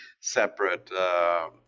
separate